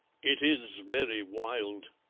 it is very wild,